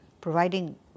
providing